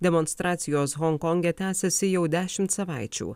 demonstracijos honkonge tęsiasi jau dešimt savaičių